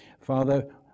Father